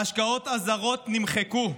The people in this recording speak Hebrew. ההשקעות הזרות נמחקו,